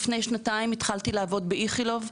לפני כשנתיים התחלתי לעבוד באיכילוב,